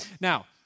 Now